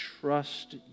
trust